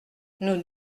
nous